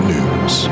News